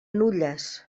nulles